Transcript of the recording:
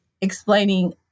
explaining